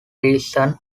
reason